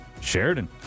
Sheridan